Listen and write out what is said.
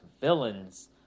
villains